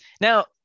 now